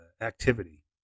activity